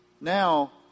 now